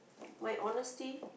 my honesty